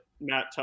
Matt